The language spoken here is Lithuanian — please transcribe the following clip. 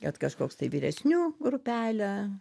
kad kažkoks tai vyresnių grupelę